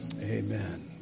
Amen